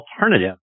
alternative